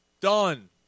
Done